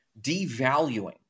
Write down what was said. devaluing